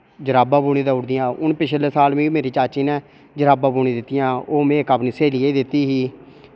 जराबां बुनी देऊड़दियां हुन पिछले साल मिकी मेरी चाची नै जराबां बुनी दितियां ओह् में इक अपनी सहेलियै दित्ती ही